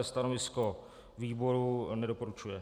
Stanovisko výboru: nedoporučuje.